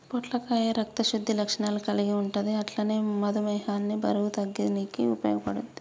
పొట్లకాయ రక్త శుద్ధి లక్షణాలు కల్గి ఉంటది అట్లనే మధుమేహాన్ని బరువు తగ్గనీకి ఉపయోగపడుద్ధి